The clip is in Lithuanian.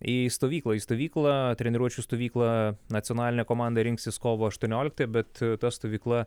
į stovyklą į stovyklą treniruočių stovyklą nacionalinė komanda rinksis kovo aštuonioliktą bet ta stovykla